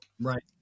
right